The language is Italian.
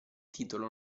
titolo